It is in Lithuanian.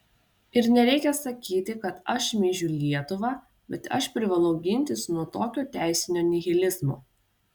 ir nereikia sakyti kad aš šmeižiu lietuvą bet aš privalau gintis nuo tokio teisinio nihilizmo